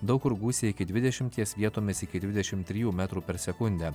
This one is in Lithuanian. daug kur gūsiai iki dvidešimties vietomis iki dvidešimt trijų metrų per sekundę